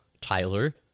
Tyler